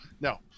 No